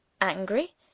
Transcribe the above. Angry